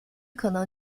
可能